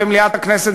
במליאת הכנסת,